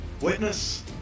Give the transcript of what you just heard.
witness